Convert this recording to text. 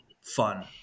fun